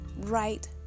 Right